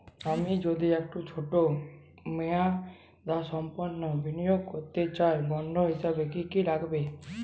আমি যদি একটু ছোট মেয়াদসম্পন্ন বিনিয়োগ করতে চাই বন্ড হিসেবে কী কী লাগবে?